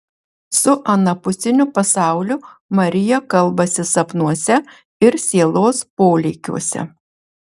su anapusiniu pasauliu marija kalbasi sapnuose ir sielos polėkiuose